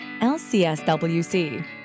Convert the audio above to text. lcswc